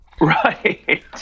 Right